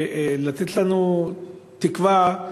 לתת לנו תקווה,